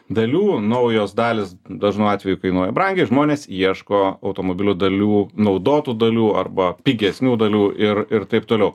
dalių naujos dalys dažnu atveju kainuoja brangiai žmonės ieško automobilių dalių naudotų dalių arba pigesnių dalių ir ir taip toliau